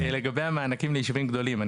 לגבי המענקים לישובים גדולים,